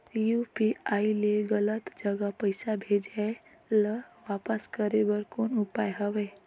UPI ले गलत जगह पईसा भेजाय ल वापस करे बर कौन उपाय हवय?